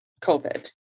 covid